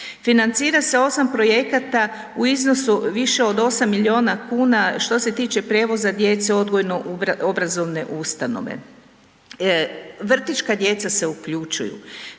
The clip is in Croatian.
financira se 8 projekata u iznosu više od 8 milijuna kuna što se tiče prijevoza djece u odgojno obrazovne ustanove. Vrtićka djeca se uključuju.